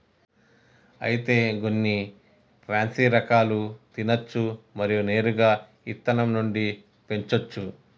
అయితే గొన్ని పాన్సీ రకాలు తినచ్చు మరియు నేరుగా ఇత్తనం నుండి పెంచోచ్చు